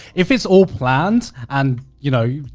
if it's all planned and you know,